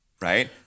right